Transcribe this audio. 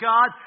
God